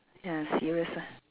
ya serious ah